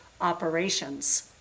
operations